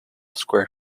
squared